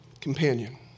companion